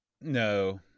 no